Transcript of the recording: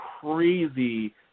crazy